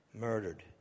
murdered